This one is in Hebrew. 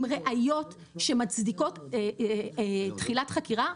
עם ראיות שמצדיקות תחילת חקירה,